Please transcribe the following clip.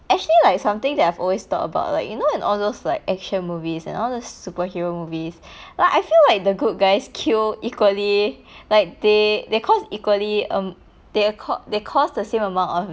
actually like something that I've always thought about like you know in all those like action movies and all the superhero movies like I feel like the good guys kill equally like they they cause equally um they err cau~ they cause the same amount of